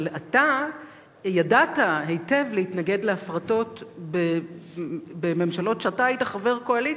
אבל אתה ידעת היטב להתנגד להפרטות בממשלות כשאתה היית חבר הקואליציה,